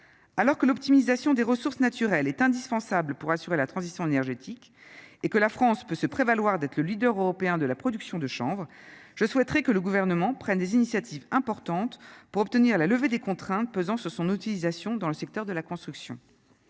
alors que l'optimisation des ressources naturelles est indispensable pour assurer la transition énergétique et que la France peut se prévaloir d'être le leader européen de la production de chanvre, je souhaiterais que le gouvernement prenne des initiatives importantes pour obtenir la levée des contraintes pesant sur son utilisation dans le secteur de la construction,